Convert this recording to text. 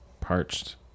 Parched